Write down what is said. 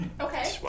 Okay